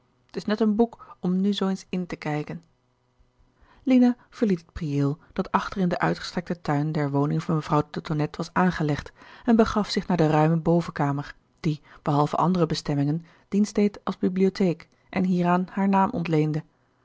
t is net een boek om nu zoo eens in te kijken lina verliet het prieel dat achter in den uitgestrekten tuin der woning van mevrouw de tonnette was aangelegd en begaf zich naar de ruime bovenkamer die behalve andere bestemmingen dienst deed als bibliotheek en hieraan haar naam ontleende